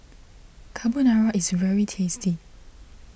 Carbonara is very tasty